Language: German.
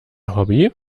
hobby